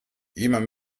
jemand